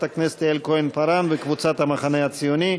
הכנסת יעל כהן-פארן וקבוצת המחנה הציוני.